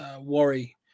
worry